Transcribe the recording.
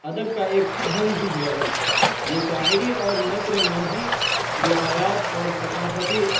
ادب کا ایک اہم جزو ہیں یہ شاعری اور نثر ماضی روایات اور ثقافتی